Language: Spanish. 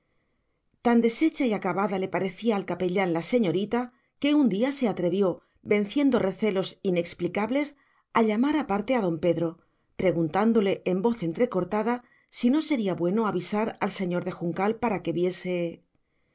tan deshecha y acabada le parecía al capellán la señorita que un día se atrevió venciendo recelos inexplicables a llamar aparte a don pedro preguntándole en voz entrecortada si no sería bueno avisar al señor de juncal para que viese